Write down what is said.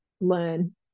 learn